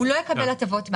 הוא לא יקבל הטבות מס.